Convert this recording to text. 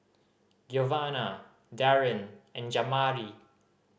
Giovanna Darrin and Jamari